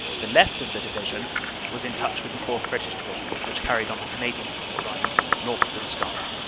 the left of the division was in touch with the fourth. british division, which carried on the canadian corps line north to the scarpe.